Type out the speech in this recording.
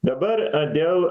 dabar dėl